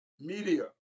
media